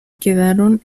quedaron